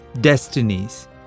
destinies